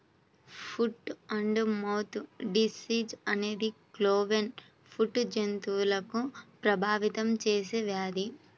foot and mouth disease అనేది cloven foot జంతువులను ప్రభావితం చేసే వ్యాధి